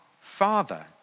father